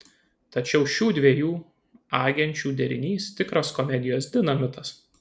tačiau šių dviejų agenčių derinys tikras komedijos dinamitas